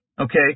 okay